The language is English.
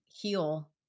heal